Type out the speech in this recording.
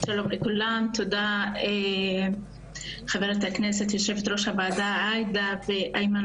תודה לחה"כ יו"ר הוועדה עאידה ולאיימן